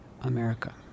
America